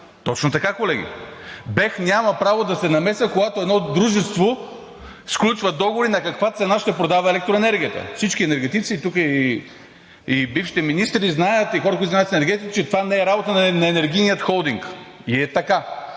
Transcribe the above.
Точно така, колеги, БЕХ няма право да се намесва, когато едно дружество сключва договори на каква цена ще продава електроенергията. Всички енергетици – тук и бившите министри знаят, и хора, които знаят в енергетиката, че това не е работа на Енергийния холдинг, и е така,